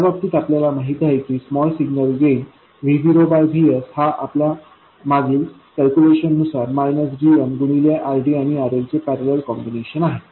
या बाबतीत आपल्याला माहित आहे की स्मॉल सिग्नल गेन V0VSहा आपल्या मागील कॅल्क्युलेशन नुसार मायनस gm गुणिले RDआणिRLचे पैरलेल कॉम्बिनेशन आहे